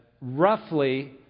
roughly